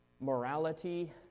morality